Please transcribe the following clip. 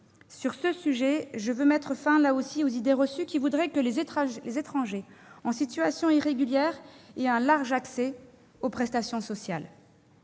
Sur ce sujet, je veux mettre fin, là encore, aux idées reçues, qui voudraient que les étrangers en situation irrégulière aient un large accès aux prestations sociales.